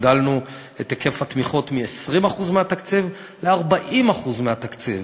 הגדלנו את היקף התמיכות מ-20% מהתקציב ל-40% מהתקציב.